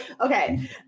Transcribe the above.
okay